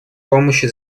помощи